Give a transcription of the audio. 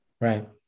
Right